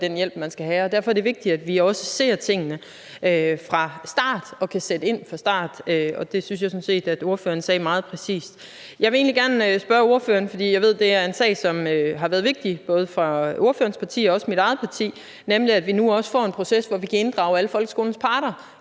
den hjælp, de skal have. Derfor er det vigtigt, at vi også ser på tingene fra starten og kan sætte ind fra starten, og det synes jeg sådan set ordføreren sagde meget præcist. Jeg vil spørge ordføreren om en sag, som jeg ved har været vigtig for ordførerens parti, og som også har været vigtig for mit eget parti, nemlig at vi nu også får en proces, hvor vi kan inddrage alle folkeskolens parter